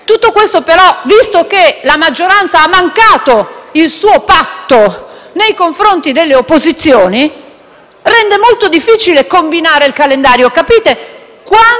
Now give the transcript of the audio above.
Tutto questo però, visto che la maggioranza ha mancato il suo patto nei confronti delle opposizioni, rende molto difficile combinare il calendario. Capite